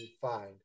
find